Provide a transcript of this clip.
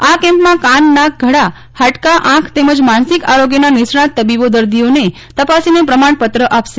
આ કેમ્પ માં કાન નાક ગળા ફાડકાંઆંખ તેમજ માનસિક આરોગ્યના નિષ્ણાંત તબીબો દર્દીઓને તપાસીને પ્રમાણપત્ર આપશે